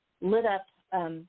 lit-up